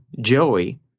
Joey